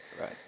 right